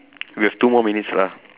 we have two more minutes lah